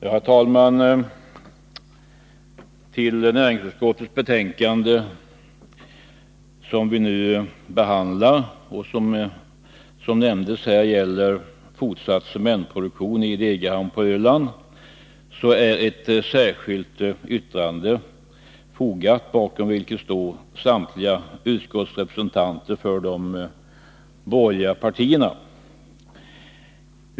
Herr talman! Till näringsutskottets betänkande 1982/83:28 om fortsatt cementproduktion i Degerhamn på Öland, som vi nu behandlar, är fogat ett särskilt yttrande bakom vilket står samtliga utskottsrepresentanter för de borgerliga partierna.